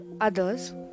others